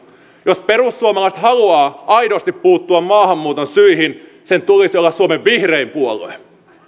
jos perussuomalaiset haluaa aidosti puuttua maahanmuuton syihin sen tulisi olla suomen vihrein puolue